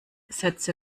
sätze